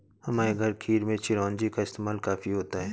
हमारे घर खीर में चिरौंजी का इस्तेमाल काफी होता है